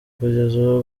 kugeza